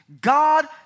God